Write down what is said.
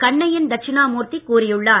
கண்ணையன் தட்சிணாமூர்த்தி கூறியுள்ளார்